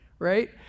Right